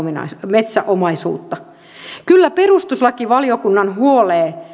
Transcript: metsäomaisuutta kyllä perustuslakivaliokunnan huoleen